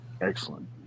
Excellent